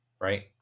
right